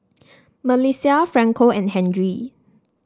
MelissiA Franco and Henry